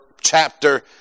chapter